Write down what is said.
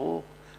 ברור,